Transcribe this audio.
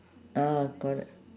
ah corre~